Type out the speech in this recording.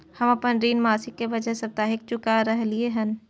हम अपन ऋण मासिक के बजाय साप्ताहिक चुका रहलियै हन